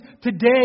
today